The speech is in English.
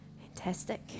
Fantastic